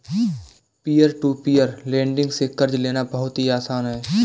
peer to peer lending से कर्ज लेना बहुत ही आसान है